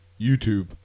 YouTube